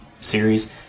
series